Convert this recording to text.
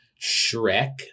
Shrek